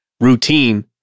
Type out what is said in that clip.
routine